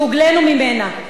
שהוגלינו ממנה,